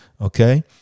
okay